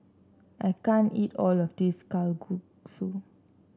I can't eat all of this Kalguksu